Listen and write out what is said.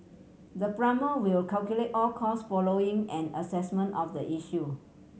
the plumber will calculate all cost following an assessment of the issue